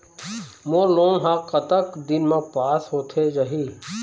मोर loan हा कतक दिन मा पास होथे जाही?